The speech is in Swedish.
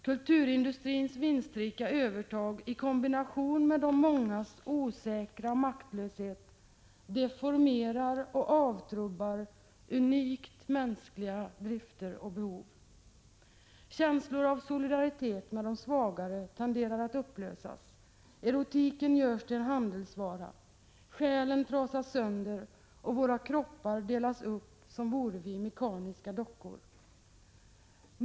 Kulturindustrins vinstrika övertag i kombination med de många osäkras maktlöshet deformerar och avtrubbar unikt mänskliga drifter och behov. Känslor av solidaritet med de svagare tenderar att upplösas. Erotiken görs till en handelsvara. Själen trasas sönder, och våra kroppar delas upp som vore vi mekaniska dockor.